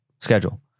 schedule